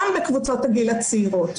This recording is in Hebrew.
גם בקבוצות הגיל הצעירות.